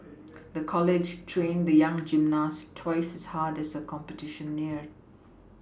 the college trained the young gymnast twice as hard as the competition neared